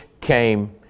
came